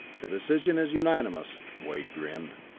the decision is unanimous, wade grinned.